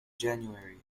january